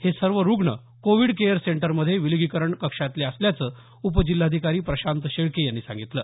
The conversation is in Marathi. हे सर्व रूग्ण कोविड केयर सेंटरमध्ये विलगीकरण कक्षातले असल्याचं उपजिल्हाधिकारी प्रशांत शेळके यांनी सांगितलं